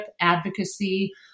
advocacy